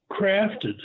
crafted